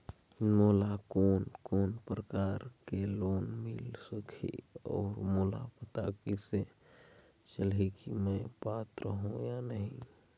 मोला कोन कोन प्रकार के लोन मिल सकही और मोला पता कइसे चलही की मैं पात्र हों या नहीं?